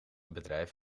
bedrijf